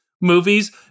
movies